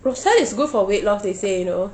roselle is good for weight loss they say you know